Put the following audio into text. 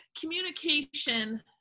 communication